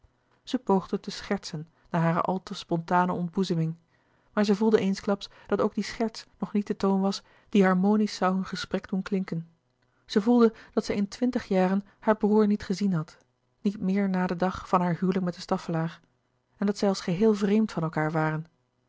zij poogde te schertsen na hare al te spontane ontboezeming maar zij voelde eensklaps dat ook die scherts nog niet de toon was die harmonisch zoû hun gesprek doen klinken zij voelde dat zij in twintig jaren haar broêr niet gezien had niet meer na den dag van haar huwelijk met de staffelaer en dat zij als geheel vreemd van elkaâr waren